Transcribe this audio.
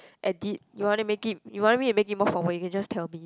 edit you want to make it you want me to make it more formal you can just tell me